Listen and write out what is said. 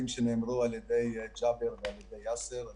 שנאמרו על ידי ג'אבר חמוד ויאסר ג'דבאן.